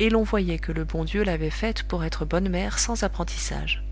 et l'on voyait que le bon dieu l'avait faite pour être bonne mère sans apprentissage